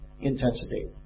intensity